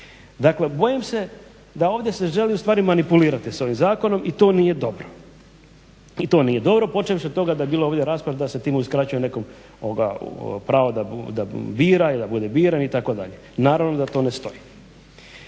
Dakle, bojim se da ovdje se želi u stvari manipulirati sa ovim zakonom i to nije dobro počevši od toga da je bila ovdje rasprava da se time uskraćuje nekom pravo da bira da bude biran itd. naravno da to ne stoji.